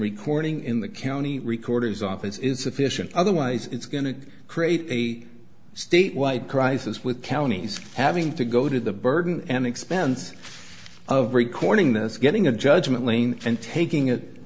recording in the county recorder's office is sufficient otherwise it's going to create a statewide crisis with counties having to go to the burden and expense of recording this getting a judgment lane and taking it